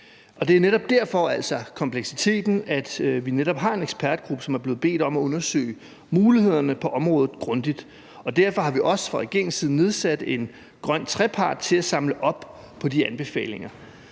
Det er netop derfor, altså på grund af kompleksiteten, at vi netop har en ekspertgruppe, som er blevet bedt om at undersøge mulighederne på området grundigt. Derfor har vi også fra regeringens side nedsat en grøn trepart til at samle op på de anbefalinger.